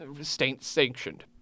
state-sanctioned